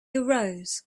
arose